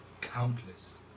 countless